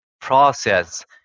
process